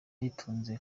uyitunze